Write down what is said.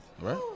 right